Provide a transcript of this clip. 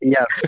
Yes